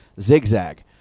zigzag